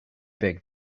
big